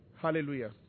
Hallelujah